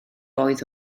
oedd